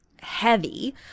heavy